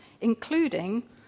including